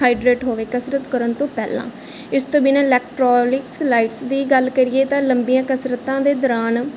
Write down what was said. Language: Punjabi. ਹਾਈਡਰੇਟ ਹੋਵੇ ਕਸਰਤ ਕਰਨ ਤੋਂ ਪਹਿਲਾਂ ਇਸ ਤੋਂ ਬਿਨਾਂ ਲੈਕਟੋਲਿਕਸਲਾਈਟਸ ਦੀ ਗੱਲ ਕਰੀਏ ਤਾਂ ਲੰਬੀਆਂ ਕਸਰਤਾਂ ਦੇ ਦੌਰਾਨ